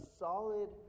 solid